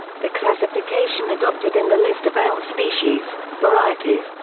the classification adopted in the list of elm species, varieties,